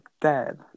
Dad